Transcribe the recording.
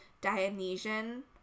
Dionysian